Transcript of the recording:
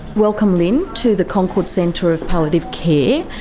welcome lynne, to the concord centre of palliative care.